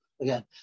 Again